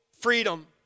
freedom